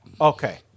Okay